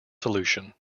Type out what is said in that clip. solution